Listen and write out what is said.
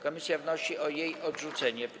Komisja wnosi o jej odrzucenie.